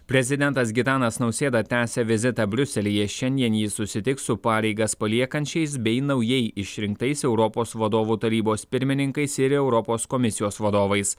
prezidentas gitanas nausėda tęsia vizitą briuselyje šiandien jis susitiks su pareigas paliekančiais bei naujai išrinktais europos vadovų tarybos pirmininkais ir europos komisijos vadovais